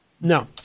no